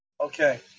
Okay